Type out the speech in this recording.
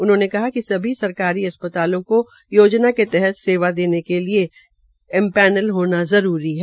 उन्होंने कहा कि सभी सरकारी अस्पतालों को योजना के तहत सेवा देना के लिए एमपैनल होना जरूरी है